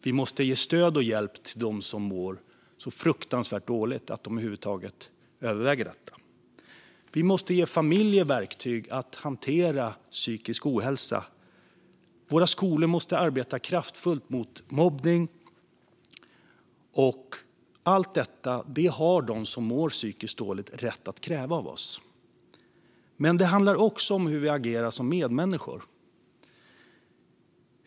Vi måste ge stöd och hjälp till dem som mår så fruktansvärt dåligt att de över huvud taget överväger detta. Vi måste ge familjer verktyg att hantera psykisk ohälsa. Våra skolor måste arbeta kraftfullt mot mobbning. Allt detta har de som mår psykiskt dåligt rätt att kräva av oss. Men det handlar också om hur vi agerar som medmänniskor.